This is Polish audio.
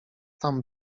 tam